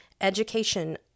education